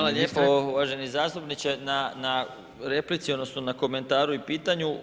Hvala lijepo uvaženi zastupniče na replici odnosno na komentaru i pitanju.